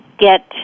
get